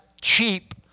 cheap